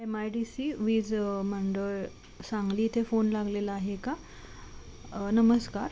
M I D C वीज मंडळ सांगली इथे फोन लागलेला आहे का नमस्कार